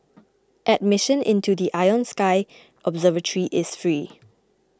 admission into the Ion Sky observatory is free